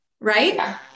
Right